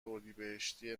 اردیبهشتی